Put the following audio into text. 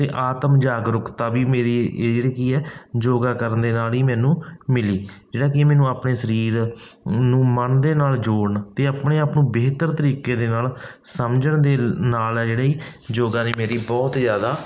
ਅਤੇ ਆਤਮ ਜਾਗਰੂਕਤਾ ਵੀ ਮੇਰੀ ਇਹ ਜਿਹੜੀ ਕੀ ਹੈ ਯੋਗਾ ਕਰਨ ਦੇ ਨਾਲ ਹੀ ਮੈਨੂੰ ਮਿਲੀ ਜਿਹੜਾ ਕਿ ਮੈਨੂੰ ਆਪਣੇ ਸਰੀਰ ਨੂੰ ਮਨ ਦੇ ਨਾਲ ਜੋੜਨ ਅਤੇ ਆਪਣੇ ਆਪ ਨੂੰ ਬਿਹਤਰ ਤਰੀਕੇ ਦੇ ਨਾਲ ਸਮਝਣ ਦੇ ਨਾਲ ਹੈ ਜਿਹੜੀ ਯੋਗਾ ਦੀ ਮੇਰੀ ਬਹੁਤ ਜ਼ਿਆਦਾ